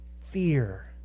Fear